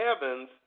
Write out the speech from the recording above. heavens